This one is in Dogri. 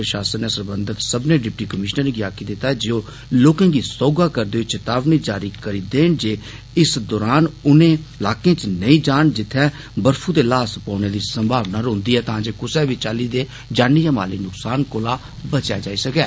प्रषासन नै सरबंधित सब्बनें डिप्टी कमीष्नरें गी आक्खी दिता ऐ जे ओ लोकं गी सोहगा करदे होई चेतावनी जारी करी देन जे इस दौरान उनें इलाकें च नेईं जान जित्थे बर्फू दे ल्हास तोदे पौने दी षैंका बनी दी रौहन्दी ऐ तां जे कुसै बी चाल्ली दे जानी या माली नुक्सान कोला बचेआ जाई सकै